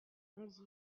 onze